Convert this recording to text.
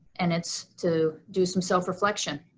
and it's to do some self reflection,